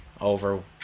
over